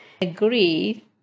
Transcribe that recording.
agree